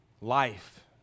life